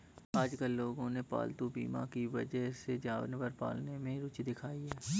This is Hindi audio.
आजकल लोगों ने पालतू बीमा की वजह से जानवर पालने में रूचि दिखाई है